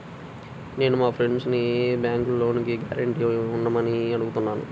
నేను మా ఫ్రెండ్సుని బ్యేంకులో లోనుకి గ్యారంటీగా ఉండమని అడుగుతున్నాను